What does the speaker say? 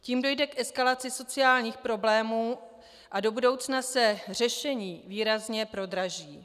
Tím dojde k eskalaci sociálních problémů a do budoucna se řešení výrazně prodraží.